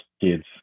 kids